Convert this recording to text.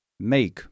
make